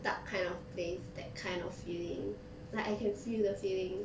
dark kind of place that kind of feeling like I can feel the feeling